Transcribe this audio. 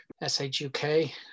S-H-U-K